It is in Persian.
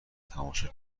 تماشا